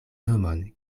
nomon